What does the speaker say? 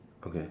okay